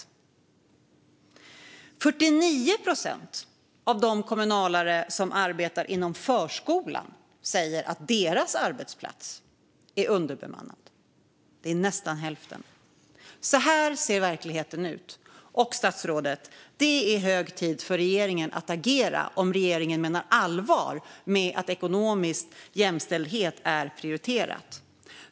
Och 49 procent av de kommunalare som arbetar inom förskolan säger att deras arbetsplats är underbemannad. Det är nästan hälften. Så här ser verkligheten ut. Det är hög tid att agera, statsrådet, om regeringen menar allvar med att ekonomisk jämställdhet är prioriterad.